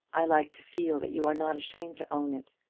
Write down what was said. i like to feel that you are not ashamed to own it.